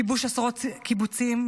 כיבוש עשרות קיבוצים,